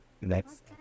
next